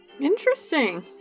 Interesting